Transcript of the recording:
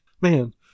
man